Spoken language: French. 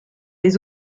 les